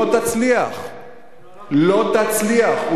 לא תצליח.